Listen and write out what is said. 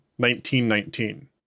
1919